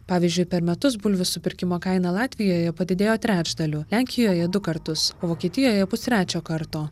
pavyzdžiui per metus bulvių supirkimo kaina latvijoje padidėjo trečdaliu lenkijoje du kartus vokietijoje pustrečio karto